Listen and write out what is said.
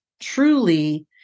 truly